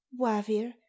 Wavir